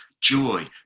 joy